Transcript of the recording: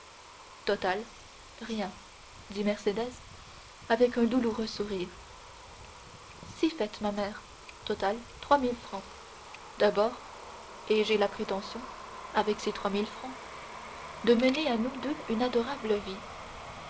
total rien dit mercédès avec un douloureux sourire si fait ma mère total trois mille francs d'abord et j'ai la prétention avec ces trois mille francs de mener à nous deux une adorable vie